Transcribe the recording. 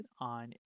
on